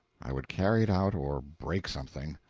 i would carry it out or break something.